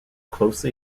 closely